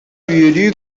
үөрүү